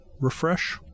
Refresh